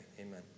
Amen